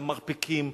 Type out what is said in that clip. למרפקים,